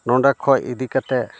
ᱱᱚᱰᱮ ᱠᱷᱚᱡ ᱤᱫᱤ ᱠᱟᱛᱮᱫ